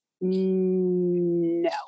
No